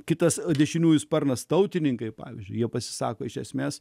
kitas dešiniųjų sparnas tautininkai pavyzdžiui jie pasisako iš esmės